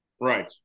Right